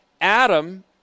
Adam